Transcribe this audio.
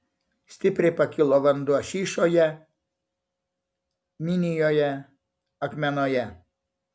stipriai pakilo vanduo šyšoje minijoje akmenoje